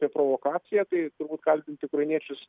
apie provokaciją tai turbūt kaltinti ukrainiečius